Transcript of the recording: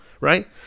right